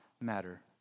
Matter